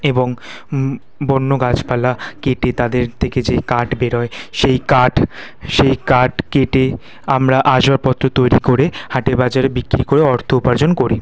এবং বন্য গাছপালা কেটে তাদের থেকে যে কাঠ বেরোয় সেই কাঠ সেই কাঠ কেটে আমরা আসবাবপত্র তৈরি করে হাটে বাজারে বিক্রি করে অর্থ উপার্জন করি